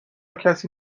کسی